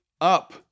up